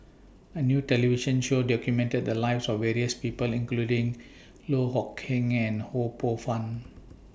A New television Show documented The Lives of various People including Loh Kok Heng and Ho Poh Fun